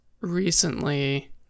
recently